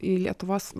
į lietuvos